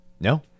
No